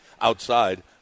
outside